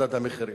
מדד המחירים.